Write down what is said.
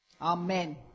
Amen